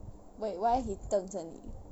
wait why he 瞪着你